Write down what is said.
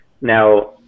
Now